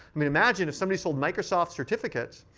mean, imagine if somebody sold microsoft certificates,